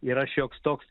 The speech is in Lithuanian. yra šioks toks